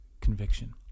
conviction